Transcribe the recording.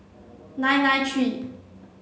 nine nine three